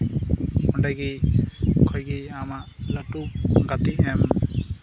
ᱚᱸᱰᱮ ᱜᱮ ᱠᱷᱚᱡ ᱜᱮ ᱟᱢᱟᱜ ᱞᱟᱹᱴᱩ ᱜᱟᱛᱮ ᱮᱢ